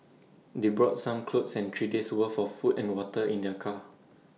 they brought some clothes and three days' worth of food and water in their car